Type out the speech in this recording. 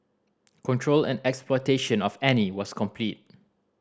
control and exploitation of Annie was complete